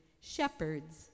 shepherds